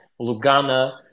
Lugana